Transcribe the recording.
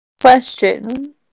Question